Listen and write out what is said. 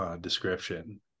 Description